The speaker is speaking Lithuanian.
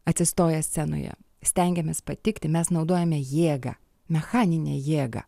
atsistoję scenoje stengiamės patikti mes naudojame jėgą mechaninę jėgą